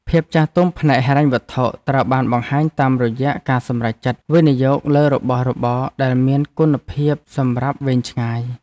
ភាពចាស់ទុំផ្នែកហិរញ្ញវត្ថុត្រូវបានបង្ហាញតាមរយៈការសម្រេចចិត្តវិនិយោគលើរបស់របរដែលមានគុណភាពសម្រាប់វែងឆ្ងាយ。